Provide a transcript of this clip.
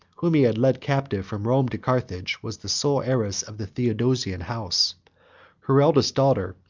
whom he had led captive from rome to carthage, was the sole heiress of the theodosian house her elder daughter,